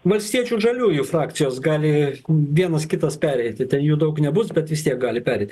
valstiečių ir žaliųjų frakcijos gali vienas kitas pereiti ten jų daug nebus bet vis tiek gali pereit